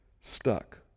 stuck